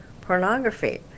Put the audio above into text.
pornography